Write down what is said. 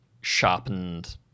sharpened